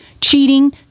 cheating